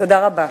תודה רבה.